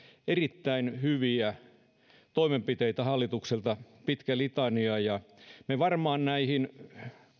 erittäin hyviä toimenpiteitä hallitukselta pitkä litania ja me varmaan näihin